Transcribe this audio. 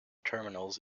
terminals